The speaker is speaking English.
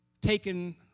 taken—